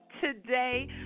today